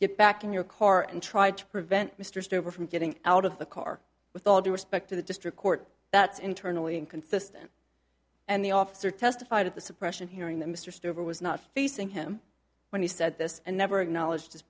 get back in your car and try to prevent mr stover from getting out of the car with all due respect to the district court that's internally inconsistent and the officer testified at the suppression hearing that mr stover was not facing him when he said this and never acknowledge